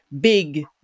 big